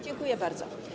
Dziękuję bardzo.